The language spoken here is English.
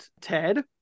Ted